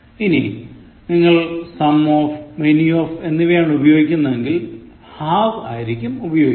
ഇനി നിങ്ങൾ "some of" "many of" എന്നിവയാണ് ഉപയോഗിക്കുന്നതെങ്കിൽ 'have' ആയിരിക്കും ഉപയോഗിക്കുന്നത്